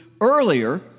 earlier